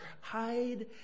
hide